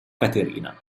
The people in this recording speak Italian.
caterina